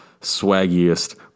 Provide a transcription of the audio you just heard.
swaggiest